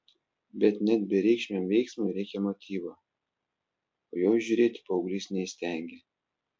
bet net bereikšmiam veiksmui reikia motyvo o jo įžiūrėti paauglys neįstengė